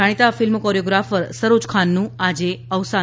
જાણીતા film choreographer સરોજખાનનું આવસાન